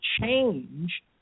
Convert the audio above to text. change